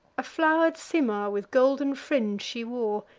a flow'r'd simar with golden fringe she wore,